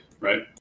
right